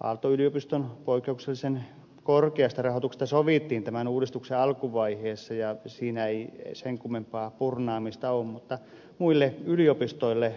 aalto yliopiston poikkeuksellisen korkeasta rahoituksesta sovittiin tämän uudistuksen alkuvaiheessa ja siinä ei sen kummempaa purnaamista ole mutta muille yliopistoille